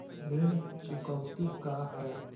ऋण चुकौती का हरय?